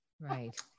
right